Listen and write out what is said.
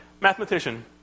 Mathematician